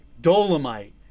Dolomite